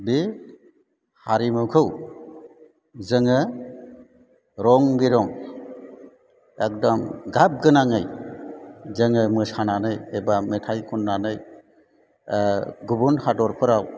बि हारिमुखौ जोङो रं बिरं एक दम गाब गोनाङै जोङो मोसानानै एबा मेथाइ खननानै ओह गुबन हादरफोराव